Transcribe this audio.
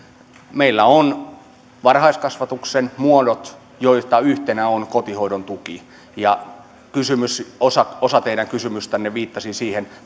meillä on varhaiskasvatuksen muodot joista yhtenä on kotihoidon tuki ja osa osa teidän kysymystänne viittasi siihen